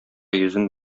йөзен